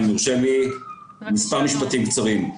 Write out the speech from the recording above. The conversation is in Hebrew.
אם יורשה לי מספר משפטים קצרים.